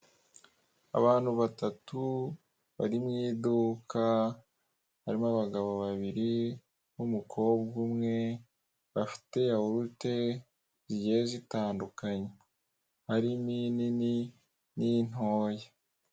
Abantu batatu bari mu iduka, harimo abagabo babiri n'umukobwa umwe, bafite yahurute zigiye zitandukanye, harimo inini n'intoya.